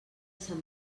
sant